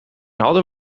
hadden